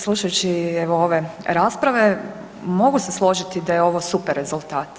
Slušajući evo ove rasprave mogu se složiti da je ovo super rezultat.